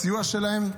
בסיוע שלהם.